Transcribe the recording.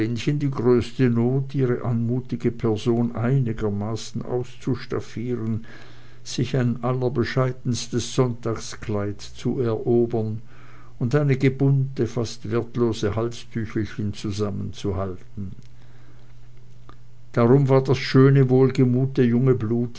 die größte not ihre anmutige person einigermaßen auszustaffieren sich ein allerbescheidenstes sonntagskleid zu erobern und einige bunte fast wertlose halstüchelchen zusammenzuhalten darum war das schöne wohlgemute junge blut